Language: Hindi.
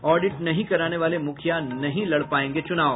ऑडिट नहीं कराने वाले मुखिया नहीं लड़ पायेंगे चुनाव